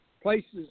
places